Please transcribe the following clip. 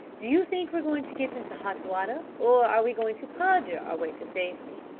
do you think we're going to get into hot water, or are we going to perjure our way to safety?